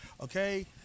Okay